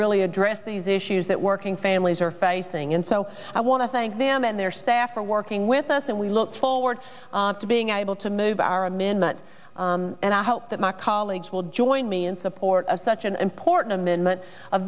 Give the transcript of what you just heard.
really address these issues that working families are facing and so i want to thank them and their staff are working with us and we look forward to being able to move our amendment and i hope that my colleagues will join me in support of such an important amendment a